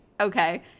Okay